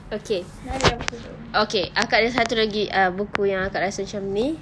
okay okay akak ada satu lagi err buku yang akak rasa macam ini